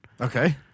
Okay